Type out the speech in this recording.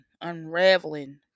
Unraveling